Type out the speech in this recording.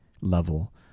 level